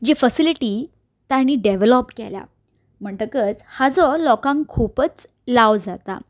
जी facility develop केल्या म्हणटकच हाजो लोकांक खुबच लाव जाता